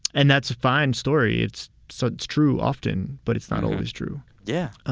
and that's a fine story. it's so it's true often, but it's not always true yeah